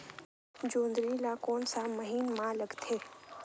जोंदरी ला कोन सा महीन मां लगथे?